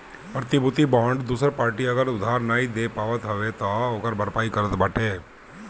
प्रतिभूति बांड दूसर पार्टी अगर उधार नाइ दे पावत हवे तअ ओकर भरपाई करत बाटे